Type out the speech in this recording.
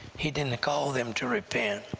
he didn't call them to repent,